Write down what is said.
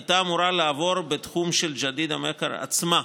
הייתה אמורה לעבור בתחום של ג'דיידה-מכר עצמה,